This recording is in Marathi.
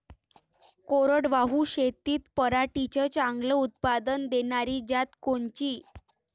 कोरडवाहू शेतीत पराटीचं चांगलं उत्पादन देनारी जात कोनची?